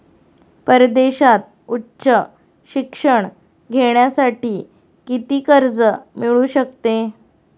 परदेशात उच्च शिक्षण घेण्यासाठी किती कर्ज मिळू शकते?